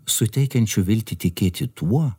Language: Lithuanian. suteikiančių viltį tikėti tuo